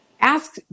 Ask